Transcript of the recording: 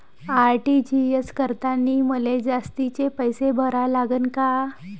RTGS करतांनी मले जास्तीचे पैसे भरा लागन का?